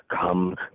come